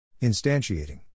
Instantiating